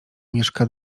mieszka